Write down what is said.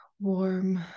warm